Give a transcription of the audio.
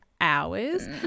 hours